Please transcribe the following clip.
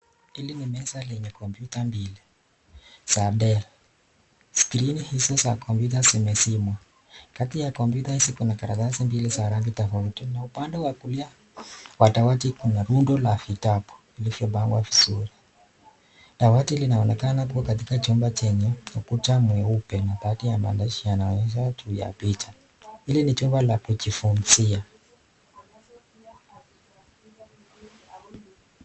Hili ni meza lenye (cs(kompyuta(cs) mbili za Dell. Skrini hizo za kompyuta zimesimwa. Kati ya (cs(kompyuta(cs) hizo kuna karatasi mbili za rangi tofauti. Na upande wa kulia wa dawati kuna rundo la vitabu vilivyopangwa vizuri. Dawati linaonekana kuwa katika chumba chenye ukuta mweupe na kadi ya maandishi yanaonyesha juu ya picha. Hili ni chumba cha kujifunzia.